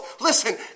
Listen